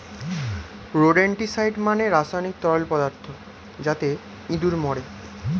rodenticide মানে রাসায়নিক তরল পদার্থ যাতে ইঁদুর মরে